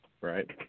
Right